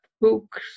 books